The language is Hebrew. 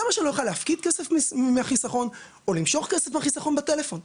למה שאני לא אוכל להפקיד כסף לחסכון או למשך כסף מחיסכון בטלפון.